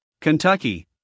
Kentucky